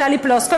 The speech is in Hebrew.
טלי פלוסקוב,